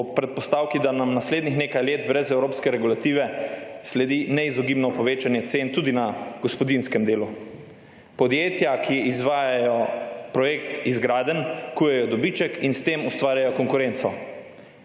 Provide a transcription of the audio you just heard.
ob predpostavki, da nam naslednjih nekaj let brez evropske regulative sledi neizogibno povečanje cen tudi na gospodinjskem delu. Podjetja, ki izvajajo projekt izgradenj, kujejo dobiček in s tem ustvarjajo konkurenco.